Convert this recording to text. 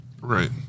Right